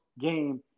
game